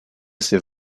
ces